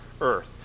earth